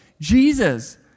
Jesus